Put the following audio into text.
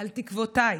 על תקוותייך.